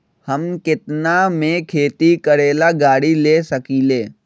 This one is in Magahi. हम केतना में खेती करेला गाड़ी ले सकींले?